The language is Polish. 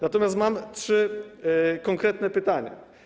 Natomiast mam trzy konkretne pytania.